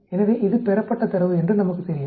எனவே இது பெறப்பட்ட தரவு என்று நமக்குத் தெரியும்